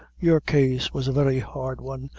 your case was a very hard one,